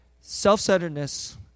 self-centeredness